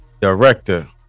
director